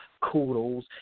kudos